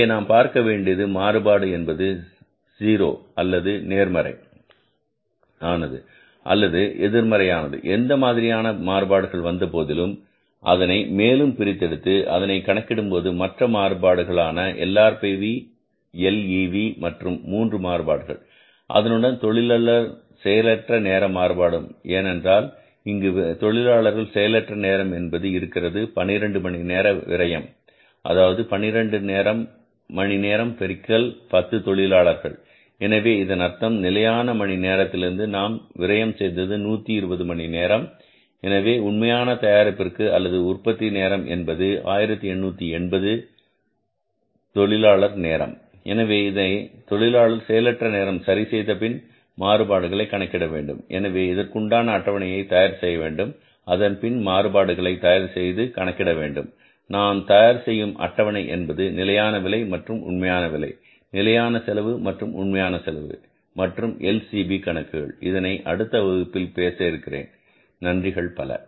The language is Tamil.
இங்கே நாம் பார்க்க வேண்டியது மாறுபாடு என்பது 0 அல்லது நேர்மறை ஆனது அல்லது எதிர்மறையானது எந்த மாதிரியான மாறுபாடுகள் வந்தபோதிலும் அதனை மேலும் பிரித்தெடுத்து அதனை கணக்கிடும்போது மற்ற மாறுபாடுகள் ஆன LRPV LEV மற்றும் மூன்று மாறுபாடுகள் அதனுடன் தொழிலாளர் செயலற்ற நேர மாறுபாடு ஏனென்றால் இங்கு தொழிலாளர் செயலற்ற நேரம் என்பது இருக்கிறது 12 மணி நேரம் நேர விரயம் அதாவது 12 மணி நேரம் பெருக்கல் 10 தொழிலாளர்கள் எனவே இதன் அர்த்தம் நிலையான மணி நேரத்திலிருந்து நாம் விரயம் செய்தது 120 மணி நேரம் எனவே உண்மையான தயாரிப்பிற்கு அல்லது உற்பத்தி நேரம் என்பது 1880 தொழிலாளர் நேரம் எனவே இதனை தொழிலாளர் செயலற்ற நேரம் சரி செய்த பின் மாறுபாடுகளை கணக்கிட வேண்டும் எனவே இதற்கு உண்டான அட்டவணையை தயார் செய்ய வேண்டும் அதன் பின்னர் மாறுபாடுகளை தயார் செய்து கணக்கிட வேண்டும் நாம் தயார் செய்யும் அட்டவணை என்பது நிலையான விலை மற்றும் உண்மையான விலை நிலையான செலவு மற்றும் உண்மையான செலவு மற்றும் LCB கணக்குகள் இதனை அடுத்த வகுப்பில் நான் செய்கிறேன் நன்றிகள் பல